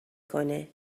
کنه